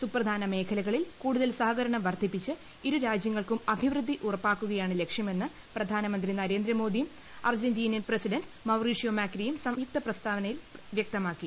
സുപ്രധാന മേഖലകളിൽ കൂടുതൽ സഹകരണം വർദ്ധിപ്പിച്ച് ഇരു രാജ്യങ്ങൾക്കും അഭിവൃദ്ധി ഉറപ്പാക്കുകയാണ് ലക്ഷ്യമെന്ന് പ്രധാനമന്ത്രി നരേന്ദ്രമോദിയും അർജന്റീനിയൻ പ്രസിഡന്റ് മൌറീഷ്യോ മാക്രിയും സംയുക്ത പ്രസ്താവനയിൽ വ്യക്തമാക്കി